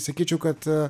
sakyčiau kad